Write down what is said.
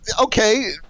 okay